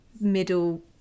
middle